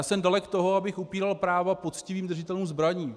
Jsem dalek toho, abych upíral práva poctivým držitelům zbraní.